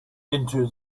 into